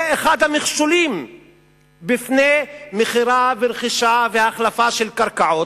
זה אחד המכשולים בפני מכירה ורכישה והחלפה של קרקעות,